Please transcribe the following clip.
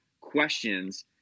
questions